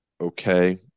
okay